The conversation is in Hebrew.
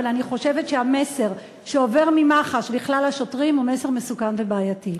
אבל אני חושבת שהמסר שעובר ממח"ש לכלל השוטרים הוא מסר מסוכן ובעייתי.